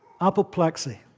apoplexy